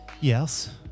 Yes